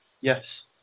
Yes